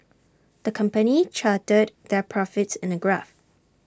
the company charted their profits in A graph